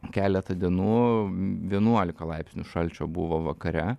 keletą dienų vienuolika laipsnių šalčio buvo vakare